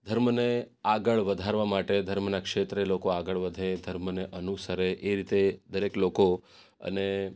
ધર્મને આગળ વધારવા માટે ધર્મનાં ક્ષેત્રે લોકો આગળ વધે ધર્મને અનુસરે એ રીતે દરેક લોકો અને